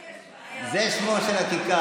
כבר יש בעיה, זה שמה של הכיכר.